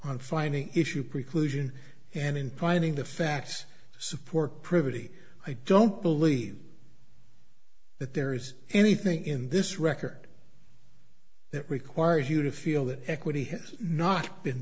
on finding issue preclusion and in providing the facts support privity i don't believe that there is anything in this record that requires you to feel that equity has not been